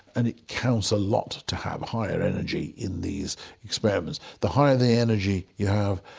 and it counts a lot to have higher energy in these experiments. the higher the energy you have,